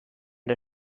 der